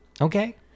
Okay